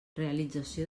realització